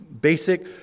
Basic